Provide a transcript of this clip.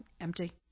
empty